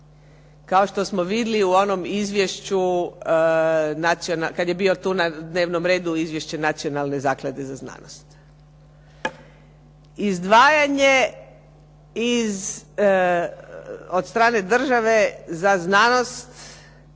kao što smo vidjeli u onom izvješću kad je bio tu na dnevnom redu izvješće Nacionalne zaklade za znanost. Izdvajanje od strane države za znanost